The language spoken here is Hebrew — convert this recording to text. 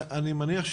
אני מניח,